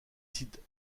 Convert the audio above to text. sites